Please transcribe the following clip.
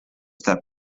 that